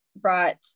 brought